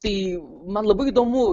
tai man labai įdomu